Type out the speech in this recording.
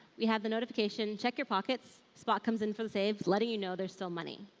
we have the notification check your pockets, spot comes in for the save letting you know there's still money.